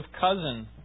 cousin